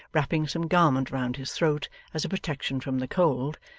wrapping some garment round his throat as a protection from the cold,